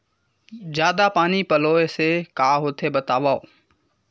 जादा पानी पलोय से का होथे बतावव?